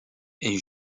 est